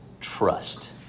trust